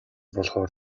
болохоор